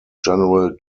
general